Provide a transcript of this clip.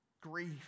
grief